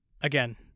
again